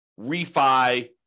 refi